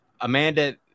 Amanda